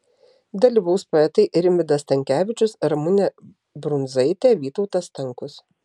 dalyvaus poetai rimvydas stankevičius ramunė brundzaitė vytautas stankus